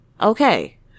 okay